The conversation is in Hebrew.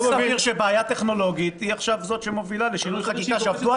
לא סביר שבעיה טכנולוגית היא עכשיו זאת שמובילה לשינוי חקיקה,